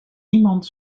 niemand